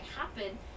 happen